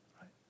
right